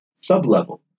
sub-level